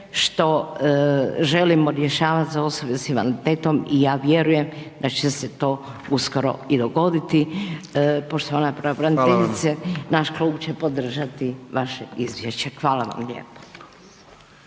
što želimo rješavati za osobe s invaliditetom i ja vjerujem da će se to uskoro i dogoditi. Poštovana pravobraniteljice naš klub će podržati vaše izvješće. Hvala vam lijepo.